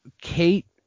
Kate